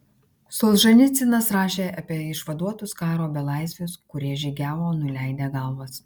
solženicynas rašė apie išvaduotus karo belaisvius kurie žygiavo nuleidę galvas